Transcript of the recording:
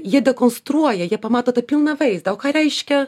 jie dekonstruoja jie pamato tą pilną vaizdą o ką reiškia